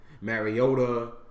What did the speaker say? Mariota